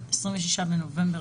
26 בנובמבר